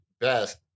Best